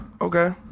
Okay